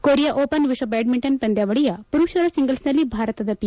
Korea open ವಿಶ್ವ badminton ಪಂದ್ಯಾವಳಿಯ ಪುರುಷರ ಸಿಂಗಲ್ಸ್ನಲ್ಲಿ ಭಾರತ ಪಿ